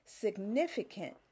significant